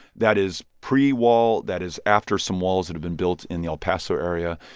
that is pre-wall. that is after some walls that have been built in the el paso area.